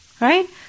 Right